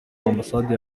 ambasade